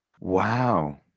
Wow